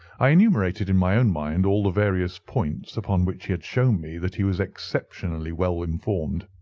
i enumerated in my own mind all the various points upon which he had shown me that he was exceptionally well-informed.